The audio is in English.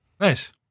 Nice